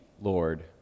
Lord